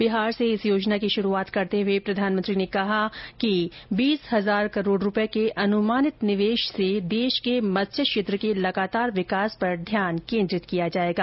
बिहार से इस योजना की शुरूआत करते हुए प्रधानमंत्री ने कहा कि इसके तहत बीस हजार करोड़ रूपए के अनुमानित निवेश से देश के मत्स्य क्षेत्र के लगातार विकास पर ध्यान केन्द्रित किया जाएगा